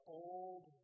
old